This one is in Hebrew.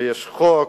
ויש חוק,